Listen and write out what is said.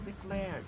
declared